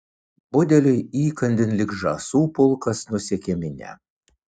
budeliui įkandin lyg žąsų pulkas nusekė minia